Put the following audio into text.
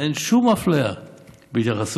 ואין שום אפליה בהתייחסות